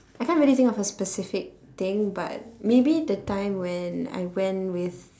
I can't really think of a specific thing but maybe the time when I went with